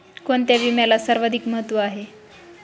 कोणता विम्याला सर्वाधिक महत्व आहे?